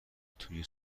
توی